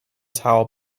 tower